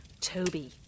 Toby